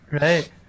right